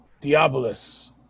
Diabolus